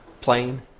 plane